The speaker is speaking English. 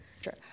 Sure